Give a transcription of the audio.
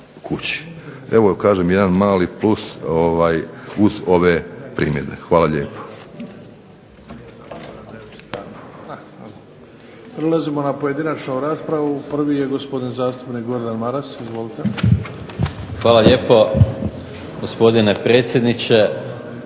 Evo, kažem jedan mali plus uz ove primjedbe. Hvala lijepo.